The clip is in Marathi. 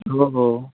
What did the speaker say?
हो हो